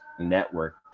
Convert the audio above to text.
network